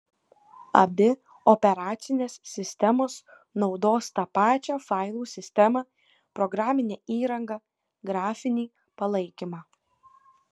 abi operacinės sistemos naudos tą pačią failų sistemą programinę įrangą grafinį palaikymą